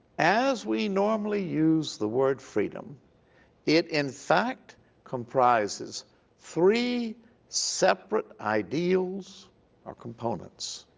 as we normally use the word freedom it in fact comprises three separate ideals or components